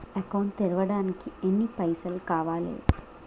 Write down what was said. Account తెరవడానికి ఎన్ని పైసల్ కావాలే?